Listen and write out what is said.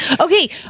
Okay